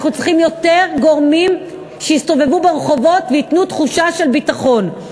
אנחנו צריכים יותר גורמים שיסתובבו ברחובות וייתנו תחושה של ביטחון.